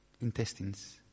Intestines